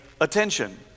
attention